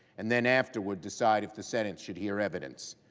and then afterward the side of the senate should hear evidence.